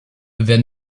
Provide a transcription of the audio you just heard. wer